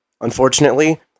unfortunately